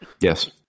Yes